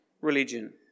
religion